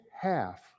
half